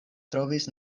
trovis